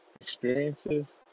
experiences